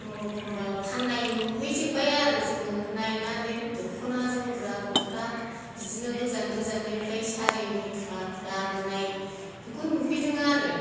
खम्बल खम्बाल फाननाय नुहैजोबबाय आरो जोङो नायनानै दख'ना जोमग्रा गस्ला बिदिनो गोजान गोजाननिफ्राय सारि मेख्ला लाबोनाय बेखौ नुहैदों आरो